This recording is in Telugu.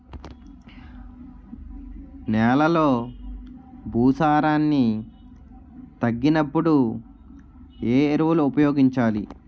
నెలలో భూసారాన్ని తగ్గినప్పుడు, ఏ ఎరువులు ఉపయోగించాలి?